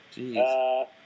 Jeez